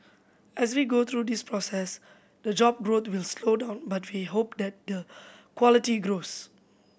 as we go through this process the job growth will slow down but we hope that the quality grows